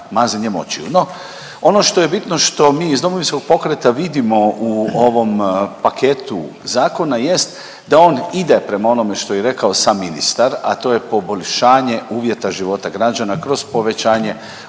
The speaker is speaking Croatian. mazanjem očiju. No, ono što je bitno što mi iz Domovinskog pokreta vidimo u ovom paketu zakona jest da on ide prema onome što je i rekao sam ministar, a to je poboljšanje uvjeta života građana kroz povećanje